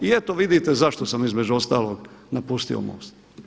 I eto vidite za što sam između ostalog napustio MOST.